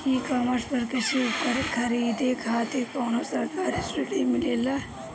ई कॉमर्स पर कृषी उपकरण खरीदे खातिर कउनो सरकारी सब्सीडी मिलेला?